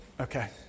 Okay